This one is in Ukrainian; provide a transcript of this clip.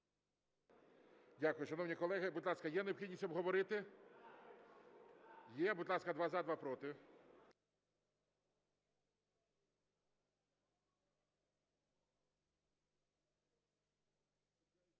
Дякую. Шановні колеги, є необхідність обговорити? Є. Будь ласка: два – за, два – проти.